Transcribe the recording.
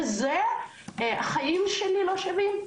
כל כך החיים שלי לא שווים?